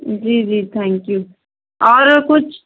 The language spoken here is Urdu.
جی جی تھینک یو اور کچھ